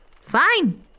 Fine